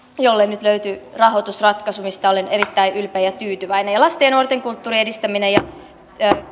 jolle nyt löytyi rahoitusratkaisu mistä olen erittäin ylpeä ja tyytyväinen ja lasten ja nuorten kulttuurin edistäminen ja